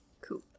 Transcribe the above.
Cool